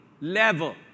level